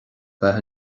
bheith